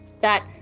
that-